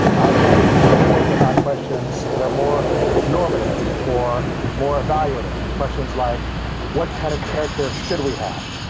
i can kind of think about questions that are more normative or more evaluative, questions like what kind of character should we have,